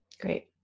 great